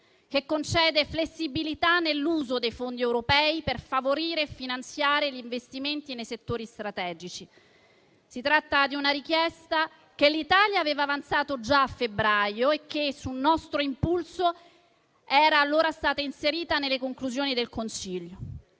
che concede flessibilità nell'uso dei fondi europei, per favorire e finanziare gli investimenti nei settori strategici. Si tratta di una richiesta che l'Italia aveva avanzato già a febbraio e che, su nostro impulso, è stata allora inserita nelle conclusioni del Consiglio.